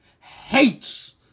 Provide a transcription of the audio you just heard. hates